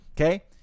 Okay